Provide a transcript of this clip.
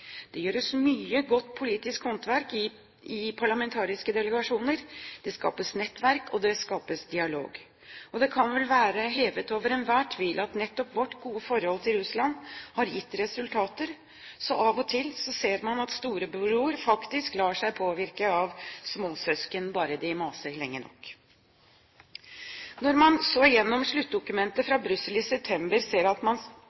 Det gjøres mye godt politisk håndverk i parlamentariske delegasjoner, det skapes nettverk, og det skapes dialog. Det kan vel være hevet over enhver tvil at nettopp vårt gode forhold til Russland har gitt resultater. Så av og til ser man at storebror faktisk lar seg påvirke av småsøsken, bare de maser lenge nok. Når man så går gjennom sluttdokumentet fra Brussel i september, ser man at